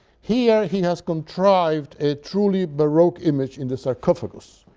here, he has contrived a truly baroque image in the sarcophagus.